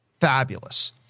fabulous